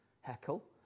heckle